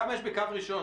כמה יש בקו ראשון?